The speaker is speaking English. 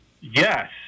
Yes